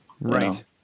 Right